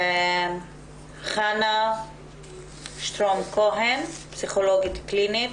שלום לכולם, חנה שטרום כהן, פסיכולוגית קלינית,